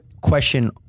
question